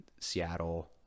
Seattle